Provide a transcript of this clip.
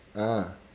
ah